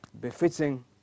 befitting